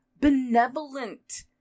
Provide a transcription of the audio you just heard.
benevolent